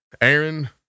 Aaron